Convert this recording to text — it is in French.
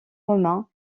romain